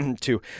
two